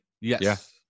Yes